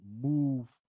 move